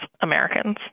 Americans